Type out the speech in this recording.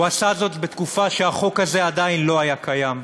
הוא עשה זאת בתקופה שהחוק הזה עדיין לא היה קיים,